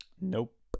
Nope